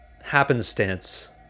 happenstance